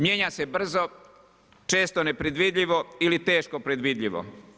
Mijenja se brzo, često nepredvidljivo ili teško predvidljivo.